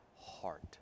heart